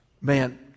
Man